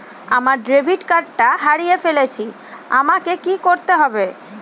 আমার ডেবিট কার্ডটা হারিয়ে ফেলেছি আমাকে কি করতে হবে?